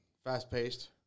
Fast-paced